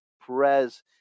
Perez